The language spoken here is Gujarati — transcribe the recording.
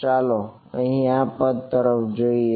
ચાલો અહીં આ પદ તરફ જોઈએ